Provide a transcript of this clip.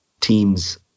teams